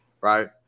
Right